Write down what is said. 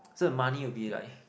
so the money will be like